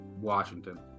Washington